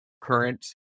current